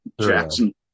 Jackson